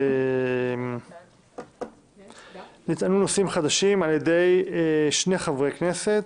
2). נטענה טענת נושא חדש על ידי שני חברי כנסת.